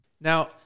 now